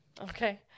Okay